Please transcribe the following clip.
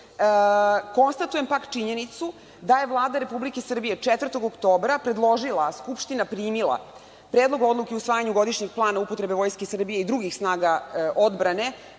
Konstatujem pak činjenicu da je Vlada Republike Srbije 4. oktobra predložila, a Skupština primila Predlog odluke o usvajanju godišnjeg plana o upotrebi Vojske Srbije i drugih snaga odbrane